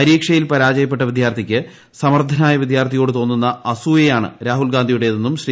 പരീക്ഷയിൽ പരാജയപ്പെട്ട വിദ്യാർത്ഥിക്ക് സമർത്ഥനായ വിദ്യാർത്ഥിയോട് തോന്നുന്ന അസൂയയാണ് രാഹുൽ ഗാന്ധിയുടെതെന്നും ശ്രീ